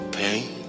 pain